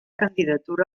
candidatura